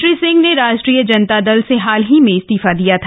श्री सिंह ने राष्ट्रीय जनता दल से हाल ही में इस्तीफा दे दिया था